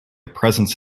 presence